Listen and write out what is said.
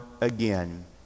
again